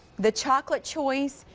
the chocolate choice,